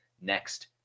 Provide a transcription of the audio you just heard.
next